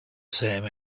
same